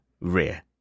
rear